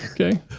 Okay